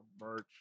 merch